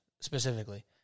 specifically